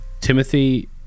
Timothy